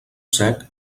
sec